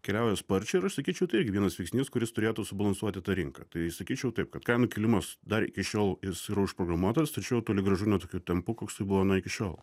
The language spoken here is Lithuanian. keliauja sparčiai ir aš sakyčiau tai irgi vienas veiksnys kuris turėtų subalansuoti tą rinką tai sakyčiau taip kad kainų kilimas dar iki šiol jis yra užprogramuotas tačiau toli gražu ne tokiu tempu koksai buvo iki šiol